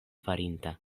farinta